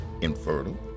infertile